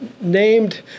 named